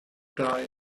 die